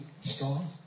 strong